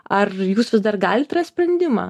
ar jūs vis dar galit rast sprendimą